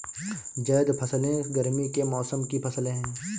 ज़ैद फ़सलें गर्मी के मौसम की फ़सलें हैं